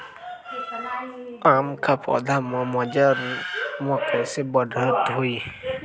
आम क पौधा म मजर म कैसे बढ़त होई?